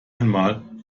einmal